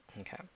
Okay